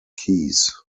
keys